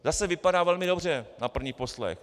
Zase vypadá velmi dobře na první poslech.